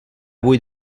avui